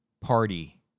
Party